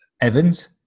Evans